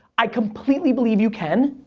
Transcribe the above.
i completely believe you can,